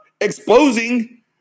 exposing